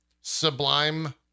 sublime